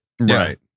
Right